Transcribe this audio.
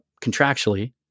contractually